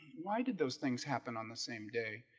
why did those things happen on the same day?